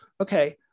Okay